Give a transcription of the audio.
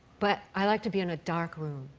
but i like to be in a dark room.